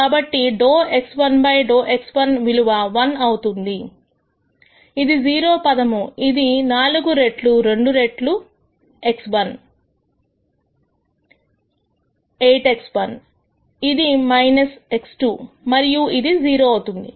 కాబట్టి ∂x1 ∂x1 విలువ 1 అవుతుంది ఇది 0 పదము ఇది 4 రెట్లు 2 రెట్లు x1 8 x1 ఇది x2 మరియు ఇది 0 అవుతుంది